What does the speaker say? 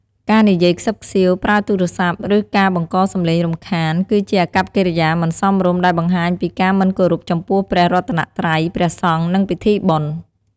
ការនិយាយខ្សឹបខ្សៀវ ប្រើទូរសព្ទ ឬការបង្កសំឡេងរំខាន គឺជាអាកប្បកិរិយាមិនសមរម្យ ដែលបង្ហាញពីការមិនគោរពចំពោះព្រះរតនត្រ័យ ព្រះសង្ឃ និងពិធីបុណ្យ។